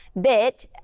bit